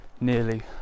nearly